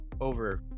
over